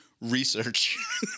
research